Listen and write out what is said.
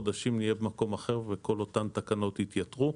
חודשים נהיה במקום אחר וכל אותן תקנות יתייתרו.